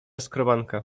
skrobanka